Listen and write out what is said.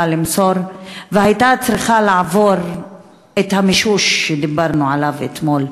והייתה צריכה לעבור את המישוש שדיברנו עליו אתמול,